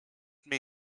may